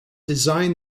design